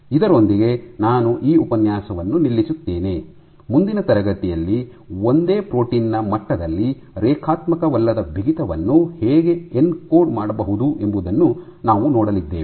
ಇದರೊಂದಿಗೆ ನಾನು ಈ ಉಪನ್ಯಾಸವನ್ನು ನಿಲ್ಲಿಸುತ್ತೇನೆ ಮುಂದಿನ ತರಗತಿಯಲ್ಲಿ ಒಂದೇ ಪ್ರೋಟೀನ್ ನ ಮಟ್ಟದಲ್ಲಿ ರೇಖಾತ್ಮಕವಲ್ಲದ ಬಿಗಿತವನ್ನು ಹೇಗೆ ಎನ್ಕೋಡ್ ಮಾಡಬಹುದು ಎಂಬುದನ್ನು ನಾವು ನೋಡಲಿದ್ದೇವೆ